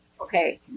Okay